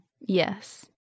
Yes